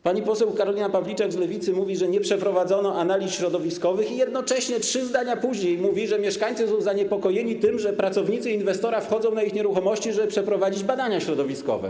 Pani poseł Karolina Pawliczak z Lewicy mówi, że nie przeprowadzono analiz środowiskowych i jednocześnie trzy zdania później mówi, że mieszkańcy są zaniepokojeni tym, że pracownicy inwestora wchodzą na ich nieruchomości, żeby przeprowadzić badania środowiskowe.